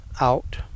out